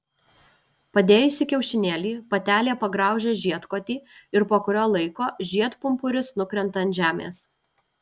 padėjusi kiaušinėlį patelė pagraužia žiedkotį ir po kurio laiko žiedpumpuris nukrenta ant žemės